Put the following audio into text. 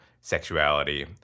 sexuality